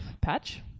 patch